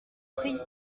prie